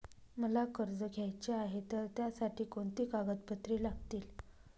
मला कर्ज घ्यायचे आहे तर त्यासाठी कोणती कागदपत्रे लागतील?